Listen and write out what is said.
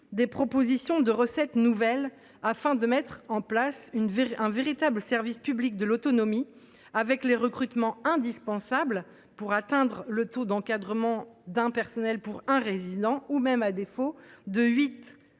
des propositions de recettes nouvelles, afin de mettre en place un véritable service public de l’autonomie et de procéder aux recrutements indispensables pour atteindre le taux d’encadrement d’un personnel pour un résident ou, à défaut, de